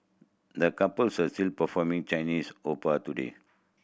the couples are still performing Chinese opera today